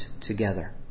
together